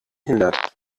hindert